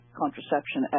contraception